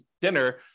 dinner